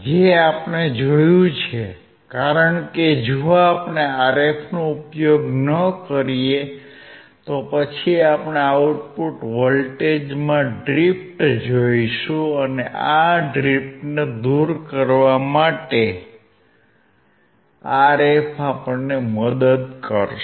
જે આપણે જોયું છે કારણ કે જો આપણે Rf નો ઉપયોગ ન કરીએ તો પછી આપણે આઉટપુટ વોલ્ટેજમાં ડ્રિફ્ટ જોઈશું અને આ ડ્રિફ્ટને દુર કરવા Rf મદદ કરશે